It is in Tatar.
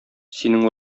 синең